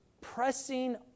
pressing